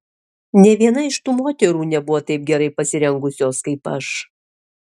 nė viena iš tų moterų nebuvo taip gerai pasirengusios kaip aš